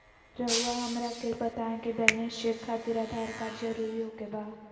रउआ हमरा के बताए कि बैलेंस चेक खातिर आधार कार्ड जरूर ओके बाय?